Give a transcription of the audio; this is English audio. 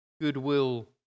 goodwill